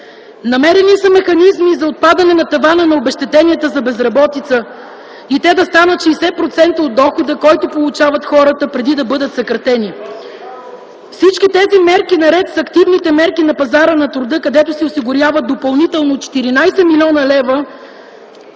Намерени са механизми за отпадане на тавана на обезщетенията за безработица и те да станат 60% от дохода, който получават хората преди да бъдат съкратени. Всички тези мерки, наред с активните мерки на пазара на труда, където се осигуряват допълнително 14 млн. лв.,